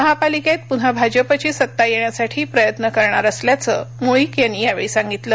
महापालिकेत पुन्हा भाजपची सत्ता येण्यासाठी प्रयत्न करणार असल्याचे मुळीक यांनी यावेळी सांगितलं